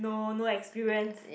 no no experience